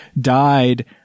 died